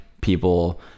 people